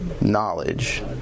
knowledge